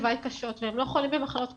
לוואי קשות והם לא חולים במחלות קשות,